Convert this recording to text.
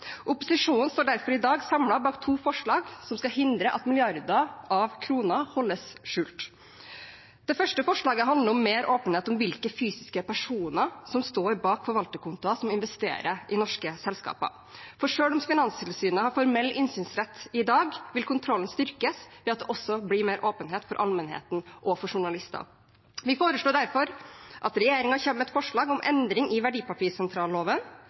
Opposisjonen står derfor i dag samlet bak to forslag som skal hindre at milliarder av kroner holdes skjult. Det første forslaget handler om mer åpenhet om hvilke fysiske personer som står bak forvalterkontoer som investerer i norske selskaper. Selv om Finanstilsynet har formell innsynsrett i dag, vil kontrollen styrkes ved at det også blir mer åpenhet for allmennheten og for journalister. Vi foreslår derfor at regjeringen kommer med «forslag om en endring i verdipapirsentralloven